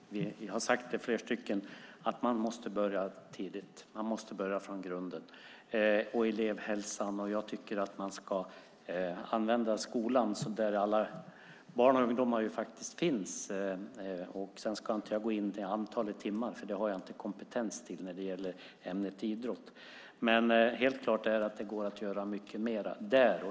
Herr talman! Det är helt rätt, och flera av oss har sagt det, att man måste börja tidigt. Man måste börja från grunden med elevhälsan. Jag tycker att man ska använda skolan där alla barn och ungdomar finns. Jag ska inte gå in på antalet timmar i ämnet idrott, för det har jag inte kompetens till. Men det är helt klart att det går att göra mycket mer där.